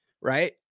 right